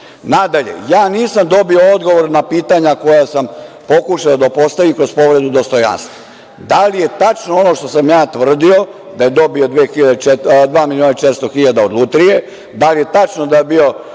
to? Nadalje, ja nisam dobio odgovor na pitanja koja sam pokušao da postavim kroz povredu dostojanstva. Da li je tačno ono što sam ja tvrdio da je dobio 2.400.000 od lutrije? Da li je tačno da je bio